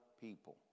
people